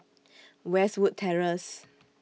Westwood Terrace